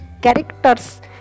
characters